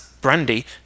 brandy